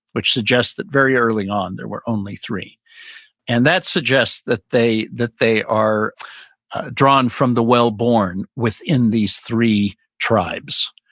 which suggest that very early on there were only three and that suggests that they that they are drawn from the well born within these three tribes,